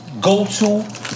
go-to